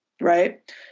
right